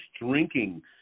drinking